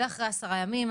ואחרי עשרה ימים,